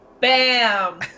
Bam